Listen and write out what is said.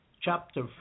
chapter